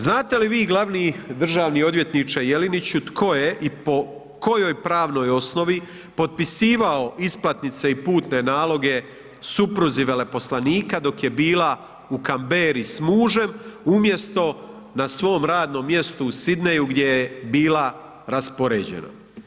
Znate li vi glavni državni odvjetniče Jeleniću tko je i po kojoj pravnoj osnovi potpisivao isplatnice i putne naloge supruzi veleposlanika dok je bila u Canberri s mužem umjesto na svom radnom mjestu u Sidneyju gdje je bila raspoređena?